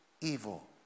evil